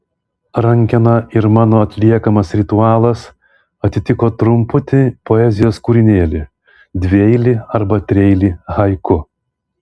rankena ir mano atliekamas ritualas atitiko trumputį poezijos kūrinėlį dvieilį arba trieilį haiku